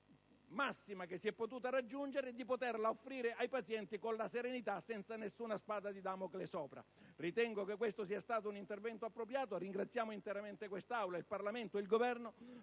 massima che si è potuta raggiungere, di poterla offrire ai pazienti con serenità, senza nessuna spada di Damocle. Ritengo che questo sia stato un intervento appropriato. Ringraziamo per intero l'Aula, il Parlamento, il Governo